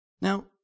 Now